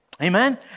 Amen